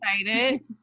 excited